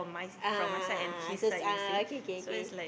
a'ah a'ah a'ah so it's a'ah okay K K